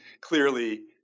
clearly